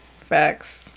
facts